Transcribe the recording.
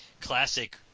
classic